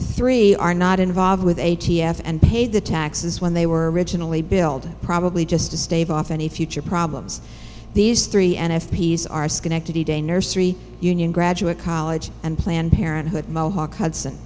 three are not involved with a t f and paid the taxes when they were originally billed probably just to stave off any future problems these three and f p s are schenectady day nursery union graduate college and planned parenthood mohawk hudson